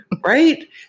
right